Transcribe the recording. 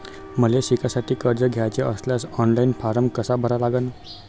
मले शिकासाठी कर्ज घ्याचे असल्यास ऑनलाईन फारम कसा भरा लागन?